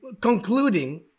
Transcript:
concluding